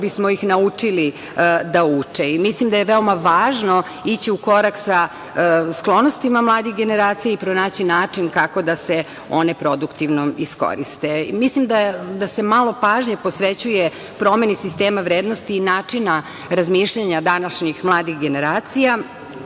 bismo ih naučili da uče. Mislim da je veoma važno ići u korak sa sklonostima mladih generacija i pronaći način kako da se one produktivno iskoriste. Malo se pažnje posvećuje promeni sistema vrednosti i načina razmišljanja današnjih mladih generacija.